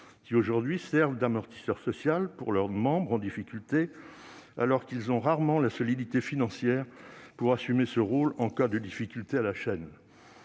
aujourd'hui d'amortisseur social pour leurs membres en difficulté, mais ils ont rarement la solidité financière pour assumer ce rôle en cas de difficultés à la chaîne